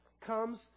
comes